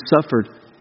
suffered